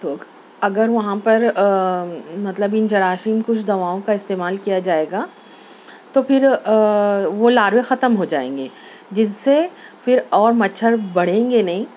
تو اگر وہاں پر مطلب ان جراثیم کچھ دواؤں کا استعمال کیا جائے گا تو پھر وہ لاروے ختم ہو جائیں گے جس سے پھر اور مچھر بڑھیں گے نہیں